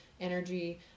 energy